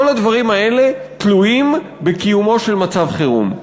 כל הדברים האלה תלויים בקיומו של מצב חירום.